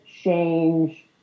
change